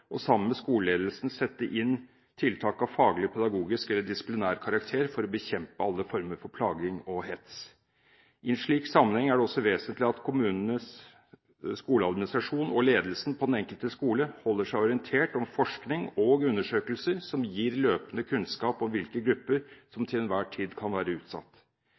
og sammen med skoleledelsen sette inn tiltak av faglig, pedagogisk eller disiplinær karakter for å bekjempe alle former for plaging og hets. I en slik sammenheng er det også vesentlig at kommunenes skoleadministrasjon og ledelsen på den enkelte skole holder seg orientert om forskning og undersøkelser som gir løpende kunnskaper om hvilke grupper som til enhver tid kan være utsatt.